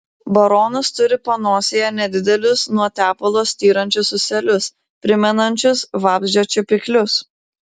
baronas turi panosėje nedidelius nuo tepalo styrančius ūselius primenančius vabzdžio čiupiklius